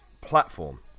Platform